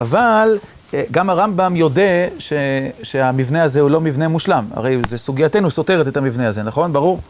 אבל גם הרמב״ם יודה שהמבנה הזה הוא לא מבנה מושלם, הרי זו סוגייתנו סותרת את המבנה הזה, נכון? ברור?